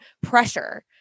pressure